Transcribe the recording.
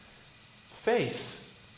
Faith